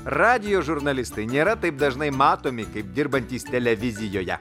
radijo žurnalistai nėra taip dažnai matomi kaip dirbantys televizijoje